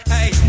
Hey